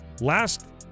Last –